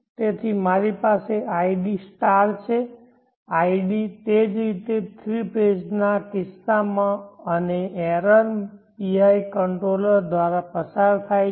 તેથી મારી પાસે idછે id તે જ રીતે થ્રી ફેઝ ના કિસ્સામાં અને એરર PI કંટ્રોલર દ્વારા પસાર થાય છે